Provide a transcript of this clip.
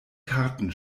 karten